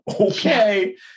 Okay